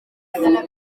setmanes